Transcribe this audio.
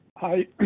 Hi